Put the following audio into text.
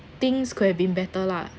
things could have been better lah